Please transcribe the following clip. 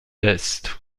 est